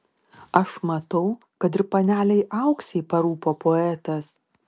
aš matau kad ir panelei auksei parūpo poetas